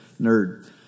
nerd